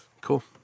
Cool